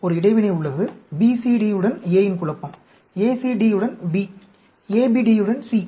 ஒரு இடைவினை உள்ளது BCD உடன் A இன் குழப்பம் ACD உடன் B ABD யுடன் C